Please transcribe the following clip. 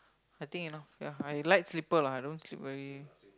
I think enough ya I light sleeper lah I don't sleep early